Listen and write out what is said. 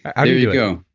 um you you go.